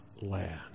land